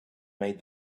made